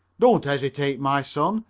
don't hesitate, my son,